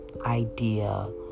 idea